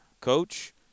coach